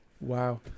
Wow